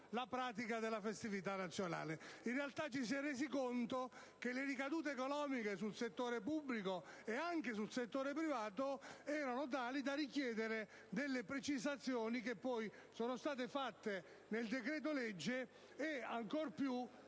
la questione della festività nazionale. In realtà, ci si è poi resi conto che le ricadute economiche sul settore pubblico e sul settore privato erano tali da richiedere alcune precisazioni, che sono state inserite in questo decreto-legge e, ancora di